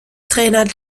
trainer